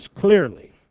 clearly